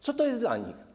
Co to jest dla nich?